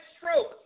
stroke